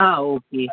ആ ഓക്കെ